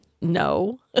no